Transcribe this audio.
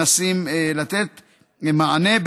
אנחנו מנסים לתת מענה.